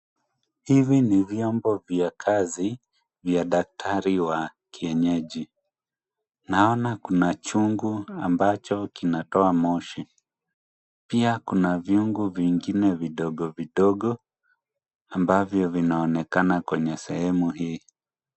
Hivi ni vyombo vya kazi vya daktari wa kienyeji. Naona kuna chungu ambacho kinatoa moshi pia kuna vyungu vingine vidogo vidogo ambavyo vinaonekana kwenye sehemu hii.